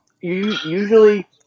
usually